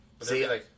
See